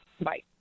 Bye